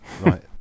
Right